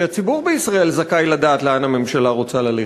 כי הציבור בכנסת זכאי לדעת לאן הממשלה רוצה ללכת.